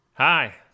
hi